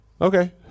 Okay